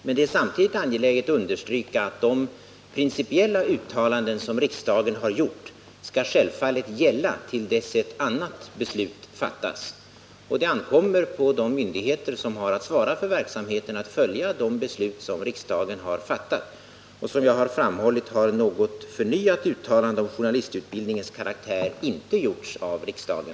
Men det är samtidigt angeläget att understryka att de principiella uttalanden som riksdagen har gjort självfallet skall gälla till dess att ett annat beslut fattats. Det ankommer på de myndigheter som har att svara för verksamheten att följa de beslut som riksdagen har fattat. Som jag framhållit har något förnyat uttalande om journalistutbildningens karaktär inte gjorts av riksdagen.